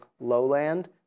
lowland